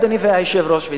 אדוני היושב-ראש,